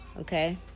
Okay